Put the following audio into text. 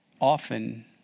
Often